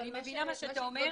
אני מבינה את מה שאתה אומר.